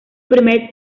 primer